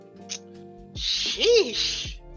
sheesh